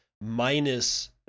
minus